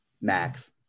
max